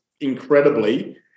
incredibly